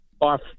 off